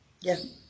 Yes